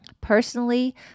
Personally